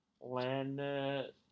land